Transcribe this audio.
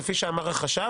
כפי שאמר החשב,